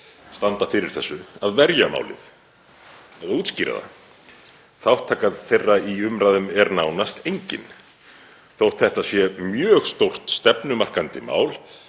standa fyrir þessu að verja málið og útskýra það. Þátttaka þeirra í umræðum er nánast engin þótt þetta sé mjög stórt stefnumarkandi mál,